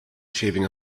shaving